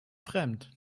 fremd